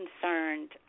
concerned